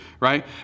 right